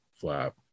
flap